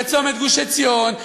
בצומת גוש-עציון.